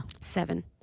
Seven